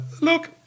look